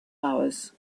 hours